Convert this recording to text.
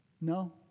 No